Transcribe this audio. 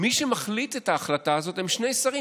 מי שמחליטים את ההחלטה הזאת הם שני שרים,